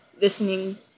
listening